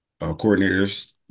coordinators